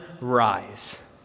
rise